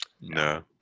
No